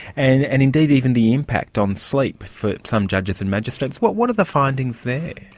and and indeed even the impact on sleep for some judges and magistrates. what what are the findings there?